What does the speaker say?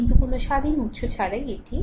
কিন্তু কোনও স্বাধীন উত্স ছাড়াই এটি